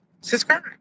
Subscribe